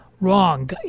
wrong